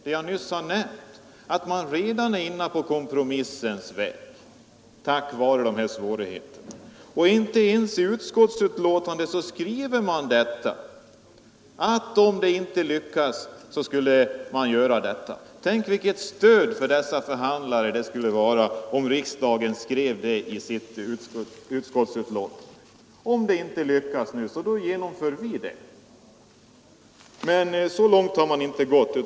Jag har nyss nämnt att man redan är inne på kompromissens väg till följd av de här svårigheterna. I utskottsbetänkandet skriver man inte ens att om förhandlingarna inte lyckas skall man göra något. Tänk, vilket stöd för förhandlarna det skulle vara, om ett riksdagsutskott skrev i sitt betänkande: ”Om det inte lyckas nu så genomför vi reformen.” Så långt har man inte gått.